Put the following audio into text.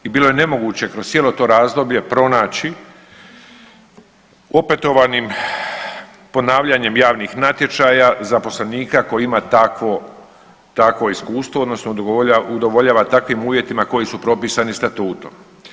I bilo je nemoguće kroz cijelo to razdoblje pronaći opetovanim ponavljanjem javnih natječaja zaposlenika koji ima takvo, takvo iskustvo odnosno udovoljava takvim uvjetima koji su propisani statutom.